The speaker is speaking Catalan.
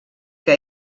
que